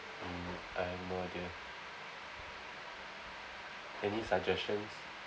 mm I have no idea any suggestions